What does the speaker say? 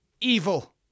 Evil